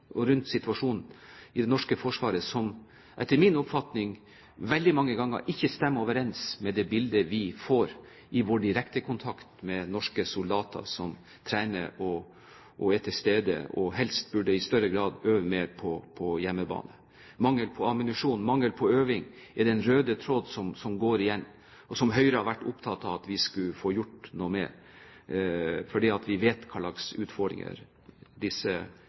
det norske forsvaret som, etter min oppfatning, veldig mange ganger ikke stemmer overens med det bildet vi får i vår direkte kontakt med norske soldater, som trener, er til stede og i større grad helst burde øve mer på hjemmebane. Mangel på ammunisjon og mangel på øving er den røde tråd som går igjen, og som Høyre har vært opptatt av at vi skulle få gjort noe med, fordi vi vet hva slags utfordringer disse